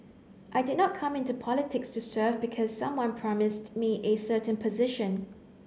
I did not come into politics to serve because someone promised me a certain position